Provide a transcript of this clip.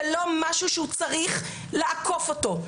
זה לא משהו שהוא צריך לעקוף אותו,